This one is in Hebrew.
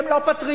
הם לא פטריוטים,